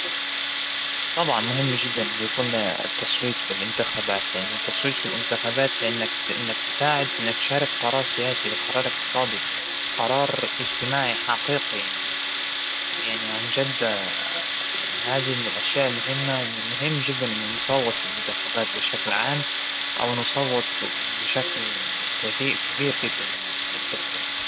أكيد الرياضيات مهمة مانها أبداً عديمة الفائدة، الرياضيات تفيدنا بكل مجالات الحياة، من بداية ااا- إنه تعلمك كيف تحاسب بالمحلات لين العلوم الكبيرة طب هندسة عمارة كميا، كل هذى العلوم الكبيرة قائمة على الرياضيات بصورة أساسية، حتى أبسط لحظات حياتنا قائمة على الرياضيات.